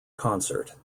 concert